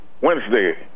Wednesday